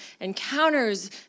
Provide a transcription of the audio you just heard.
encounters